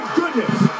goodness